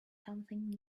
something